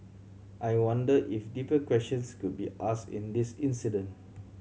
I wonder if deeper questions could be asked in this incident